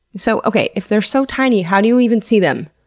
so okay, if they're so tiny, how do you even see them?